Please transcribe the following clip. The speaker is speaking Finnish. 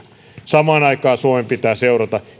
samaan aikaan suomen pitää seurata